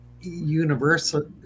universal